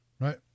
Right